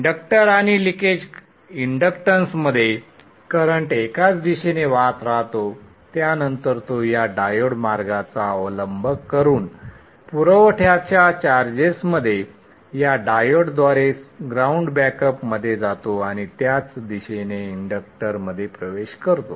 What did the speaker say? inductor आणि leakage inductance मध्ये current एकाच दिशेने वाहत राहतो त्यानंतर तो या डायोड मार्गाचा अवलंब करून पुरवठ्याच्या चार्जेसमध्ये या डायोड द्वारे ग्राउंड बॅकअप मध्ये जातो आणि त्याच दिशेने इंडक्टर मध्ये प्रवेश करतो